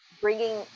bringing